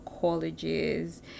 colleges